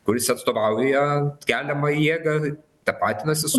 kuris atstovauja keliamąją jėgą tapatinasi su